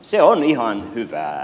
se on ihan hyvää